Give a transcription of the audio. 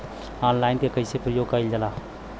Online के कइसे प्रयोग कइल जाला?